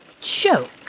joke